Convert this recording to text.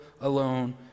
alone